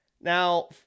Now